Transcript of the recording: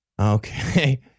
Okay